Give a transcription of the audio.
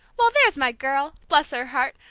well, there's my girl! bless her heart!